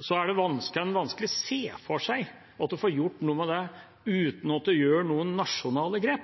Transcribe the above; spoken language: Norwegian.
kan en vanskelig se for seg at man får gjort noe med det uten at en gjør noen nasjonale